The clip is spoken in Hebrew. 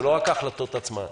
זה לא רק ההחלטות עצמן,